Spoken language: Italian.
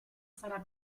sarà